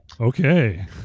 okay